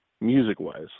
music-wise